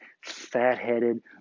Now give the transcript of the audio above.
fat-headed